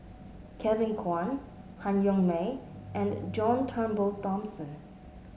Kevin Kwan Han Yong May and John Turnbull Thomson